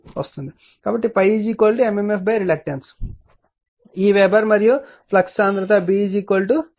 కాబట్టి ∅ m m f రిలక్టన్స్ఈ weber మరియు ఫ్లక్స్ సాంద్రత B ∅ A